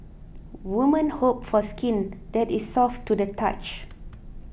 women hope for skin that is soft to the touch